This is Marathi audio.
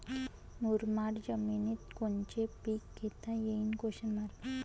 मुरमाड जमिनीत कोनचे पीकं घेता येईन?